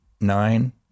nine